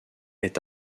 est